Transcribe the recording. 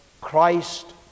Christ